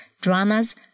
dramas